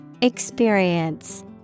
Experience